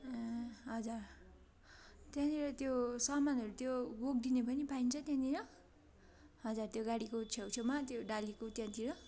ए हजुर त्यहाँनेर त्यो सामानहरू त्यो बोकिदिने पनि पाइन्छ त्यहाँनेर हजुर त्यो गाडीको छेउ छेउमा त्यो डालीको त्यहाँतिर